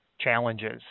challenges